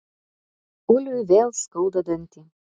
uliui vėl skauda dantį